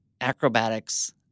acrobatics